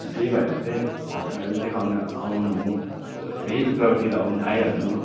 अन्त त्यही भएर चाहिँ हस्पिटल देखाउनु आउनु अब यही शुक्रबारतिर आइहाल्नु